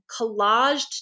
collaged